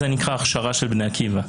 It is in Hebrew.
אז זה נקרא הכשרה של בני עקיבא,